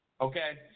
okay